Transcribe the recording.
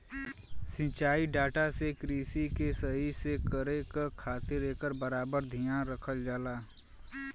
सिंचाई डाटा से कृषि के सही से करे क खातिर एकर बराबर धियान रखल जाला